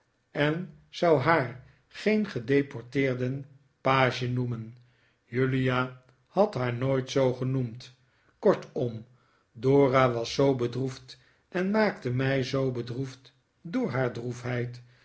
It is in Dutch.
en zou haar geen gedeporteerden page noemen julia had haar nooit zoo genoemd kortom dora was zoo bedroefd en maakte mij zoo bedroefd door haar